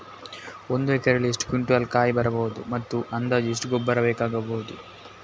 ಒಂದು ಎಕರೆಯಲ್ಲಿ ಎಷ್ಟು ಕ್ವಿಂಟಾಲ್ ಕಾಯಿ ಬರಬಹುದು ಮತ್ತು ಅಂದಾಜು ಎಷ್ಟು ಗೊಬ್ಬರ ಬೇಕಾಗಬಹುದು?